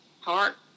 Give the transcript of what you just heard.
heart